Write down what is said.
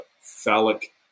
phallic